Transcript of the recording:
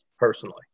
personally